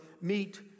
meet